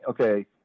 okay